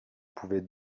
pouvait